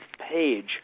Page